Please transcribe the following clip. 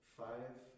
five